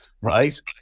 right